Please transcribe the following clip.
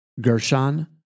Gershon